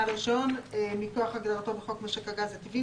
בעל רישיון מכוח הגדרתו בחוק משק הגז הטבעי,